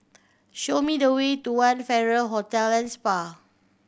show me the way to One Farrer Hotel and Spa